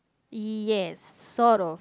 yes sort of